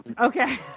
Okay